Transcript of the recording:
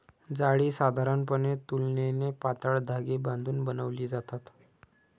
जाळी साधारणपणे तुलनेने पातळ धागे बांधून बनवली जातात